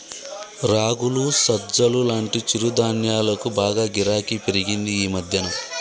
రాగులు, సజ్జలు లాంటి చిరుధాన్యాలకు బాగా గిరాకీ పెరిగింది ఈ మధ్యన